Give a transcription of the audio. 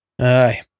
Aye